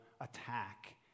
attack